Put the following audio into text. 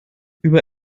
über